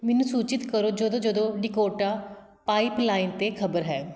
ਮੈਨੂੰ ਸੂਚਿਤ ਕਰੋ ਜਦੋਂ ਜਦੋਂ ਡੀਕੋਟਾ ਪਾਈਪਲਾਈਨ 'ਤੇ ਖ਼ਬਰ ਹੈ